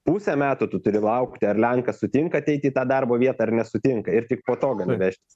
pusę metų tu turi laukti ar lenkas sutinka ateiti į tą darbo vietą ar nesutinka ir tik po to gali vežtis